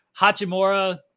Hachimura